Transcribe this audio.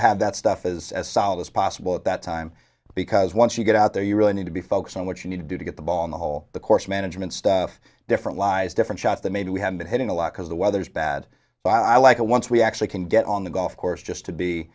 to have that stuff is as solid as possible at that time because once you get out there you really need to be focused on what you need to do to get the ball in the hole the course management stuff different lies different shots that maybe we have been hitting a lot because the weather's bad but i like it once we actually can get on the golf course just to be